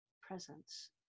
presence